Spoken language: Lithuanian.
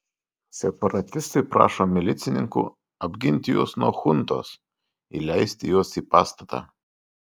separatistai prašo milicininkų apginti juos nuo chuntos įleisti juos į pastatą